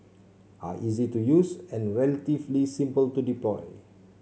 are easy to use and relatively simple to deploy